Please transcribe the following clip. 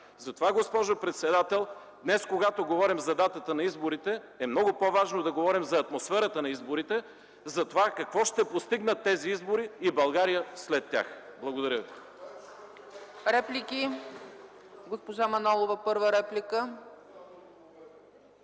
Затова, госпожо председател, днес, когато говорим за датата на изборите, е много по-важно да говорим за атмосферата на изборите, за това какво ще постигнат тези избори и България след тях! Благодаря.